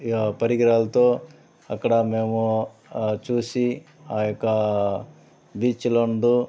ఇగ పరిగరాలతో అక్కడ మేము చూసి ఆ యొక్క బీచ్లందు